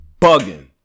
bugging